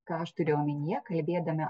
ką aš turiu omenyje kalbėdama